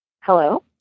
Hello